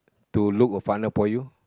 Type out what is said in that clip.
to look a partner for you